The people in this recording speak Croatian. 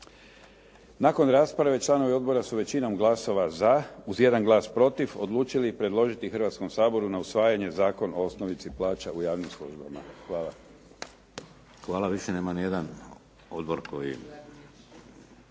Nakon rasprave članovi odbora su većinom glasova za uz jedan glas protiv odlučili predložiti Hrvatskom saboru na usvajanje Zakon o osnovici plaća u javnim službama. Hvala.